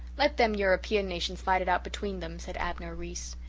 let them european nations fight it out between them, said abner reese.